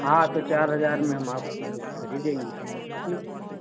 हाँ तो चार हज़ार में हम आपकी बुक खरीदेंगे ठीक है